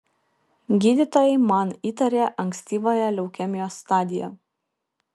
gydytojai man įtarė ankstyvąją leukemijos stadiją